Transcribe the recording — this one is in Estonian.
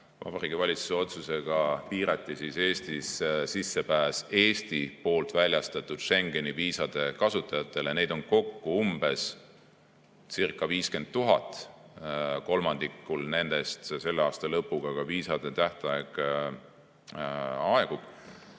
Vabariigi Valitsuse otsusega piirati Eestisse sissepääs Eesti riigi väljastatud Schengeni viisade kasutajatele, neid on kokkucirca50 000 ja kolmandikul nendest selle aasta lõpuga viisa tähtaeg aegub.